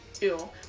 Ew